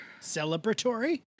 Celebratory